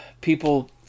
people